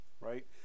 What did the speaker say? right